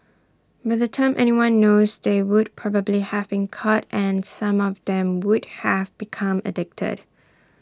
by the time anyone knows they would probably have been caught and some of them would have become addicted